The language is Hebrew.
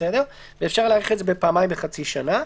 ואפשר להאריך את זה פעמיים בחצי שנה.